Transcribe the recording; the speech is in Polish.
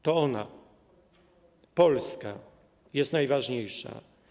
To ona, Polska, jest najważniejsza.